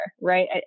right